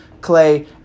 clay